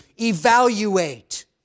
Evaluate